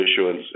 issuance